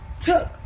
took